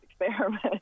experiment